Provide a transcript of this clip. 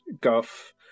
guff